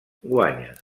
guanya